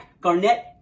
Garnett